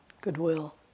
goodwill